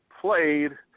played